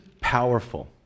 powerful